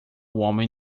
homem